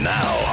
now